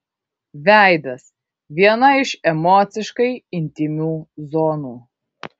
veidas viena iš emociškai intymių zonų